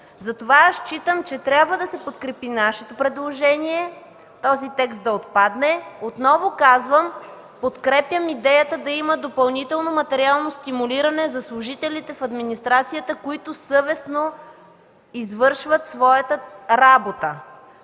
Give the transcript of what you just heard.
Затова аз считам, че трябва да се подкрепи нашето предложение този текст да отпадне. Отново казвам – подкрепям идеята да има допълнително материално стимулиране за служителите в администрацията, които съвестно извършват своята работа,